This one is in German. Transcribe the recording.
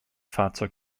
fahrzeug